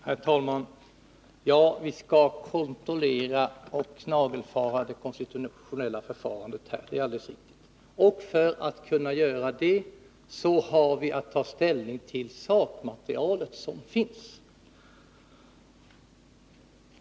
Herr talman! Vi skall kontrollera och nagelfara det konstitutionella förfarandet här — det är alldeles riktigt. För att kunna göra det har vi att ta ställning till det sakmaterial som finns.